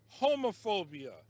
homophobia